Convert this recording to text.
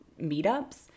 meetups